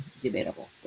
debatable